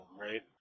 right